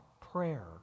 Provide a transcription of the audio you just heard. prayer